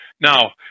Now